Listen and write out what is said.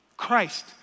Christ